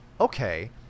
okay